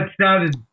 started –